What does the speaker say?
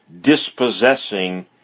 dispossessing